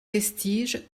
vestige